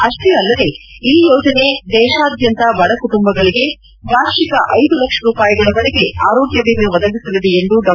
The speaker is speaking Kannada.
ಅಷ್ಲೇ ಅಲ್ಲದೆ ಈ ಯೋಜನೆ ದೇಶಾದ್ಯಂತ ಬಡ ಕುಟುಂಬಗಳಿಗೆ ವಾರ್ಷಿಕ ಐದು ಲಕ್ಷ ರೂಪಾಯಿಗಳವರೆಗೆ ಆರೋಗ್ಟ ವಿಮೆ ಒದಗಿಸಲಿದೆ ಎಂದೂ ಡಾ